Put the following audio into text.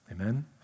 Amen